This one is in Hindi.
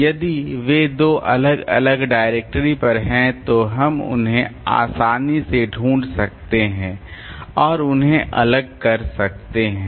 यदि वे दो अलग अलग डायरेक्टरी पर हैं तो हम उन्हें आसानी से ढूँढ सकते हैं और उन्हें अलग कर सकते हैं